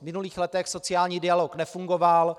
V minulých letech sociální dialog nefungoval.